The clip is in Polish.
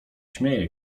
śmieje